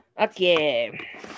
Okay